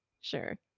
sure